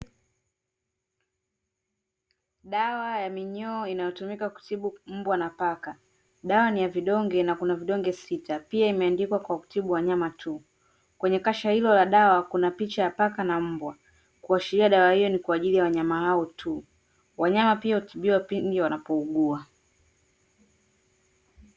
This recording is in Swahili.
Dawa ya minyoo inayotumika kutibu mbwa na paka. Dawa ni ya vidonge, na kuna vidonge sita, pia imeandikwa ni kwa kutibu wanyama tu, kwenye kasha hilo la dawa, kuna picha ya paka na mbwa, kuashiria dawa hiyo ni kwa ajili wanyama hao tu. Wanyama pia hutibiwa pindi wanapougua.